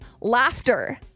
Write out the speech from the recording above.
laughter